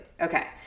Okay